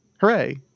Hooray